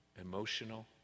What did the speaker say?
Emotional